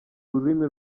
rurimi